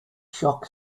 shock